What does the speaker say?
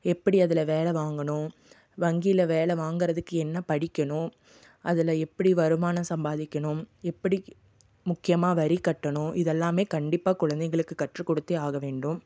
எப்படி அதில் வேலை வாங்கணும் வங்கியில் வேலை வாங்கிறதுக்கு என்ன படிக்கணும் அதில் எப்படி வருமானம் சம்பாதிக்கணும் எப்படி முக்கியமாக வரி கட்டணும் இது எல்லாமே கண்டிப்பாக குழந்தைகளுக்கு கற்றுக்கொடுத்தே ஆக வேண்டும்